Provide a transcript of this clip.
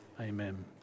Amen